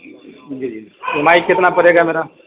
جی جی E M I کتنا پڑے گا میرا